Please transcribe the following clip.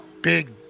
Big